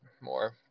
more